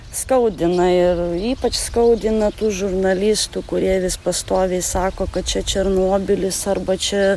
skaudina ir ypač skaudina tų žurnalistų kurie vis pastoviai sako kad čia černobilis arba čia